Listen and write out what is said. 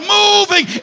moving